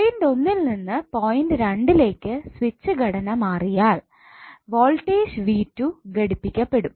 point ഒന്നിൽനിന്ന് point രണ്ടിലേക്ക് switch ഘടന മാറിയാൽ വോൾടേജ് V2 ഘടിപ്പിക്കപ്പെടും